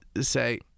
say